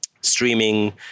streaming